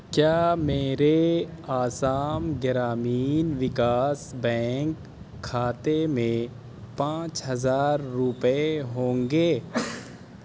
کیا میرے آسام گرامین وکاس بینک کھاتے میں پانچ ہزار روپے ہوں گے